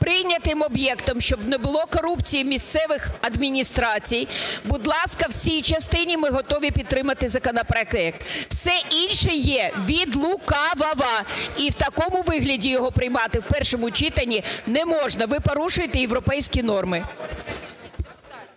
прийнятим об'єктом, щоб не було корупції місцевих адміністрацій, будь ласка, в цій частині ми готові підтримати законопроект. Все інше є від лукавого, і в такому вигляді його приймати в першому читанні не можна, ви порушуєте європейські норми.